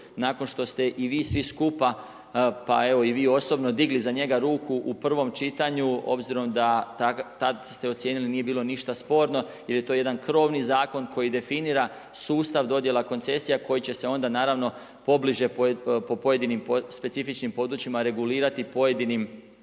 nakon što ste i vi svi skupa pa evo i vi osobno digli za njega ruku u prvom čitanju obzirom da tad ste ocijenili nije bilo ništa sporno jer je to jedan krovni zakon koji definira sustav dodjela koncesija koji će se onda naravno pobliže po pojedinim specifičnim područjima regulirati pojedinim